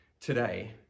today